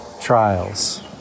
trials